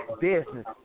business